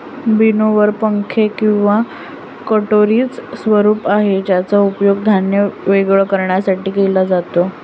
winnower पंखे किंवा कटोरीच स्वरूप आहे ज्याचा उपयोग धान्य वेगळे करण्यासाठी केला जातो